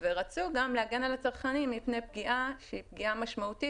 ורצו גם להגן על הצרכנים מפני פגיעה משמעותית